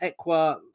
Equa